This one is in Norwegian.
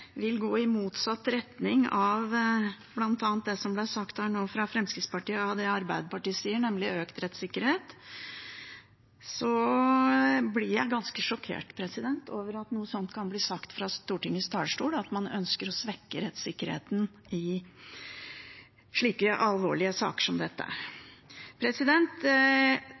vil gå i motsatt retning av økt rettssikkerhet, bl.a. det som ble sagt nå av Fremskrittspartiet, og det Arbeiderpartiet sier, blir jeg ganske sjokkert over at noe slikt kan bli sagt fra Stortingets talerstol, at man ønsker å svekke rettssikkerheten i så alvorlige saker som dette.